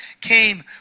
came